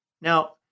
Now